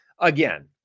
Again